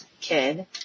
kid